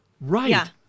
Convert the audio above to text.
right